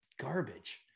garbage